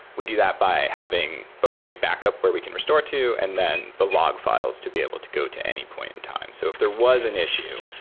we do that by having both a backup where we can restore to and then the log fi les to be able to go to any point in time. so if there was an issue,